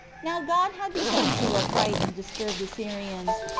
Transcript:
now god had begun to affright and disturb the syrians,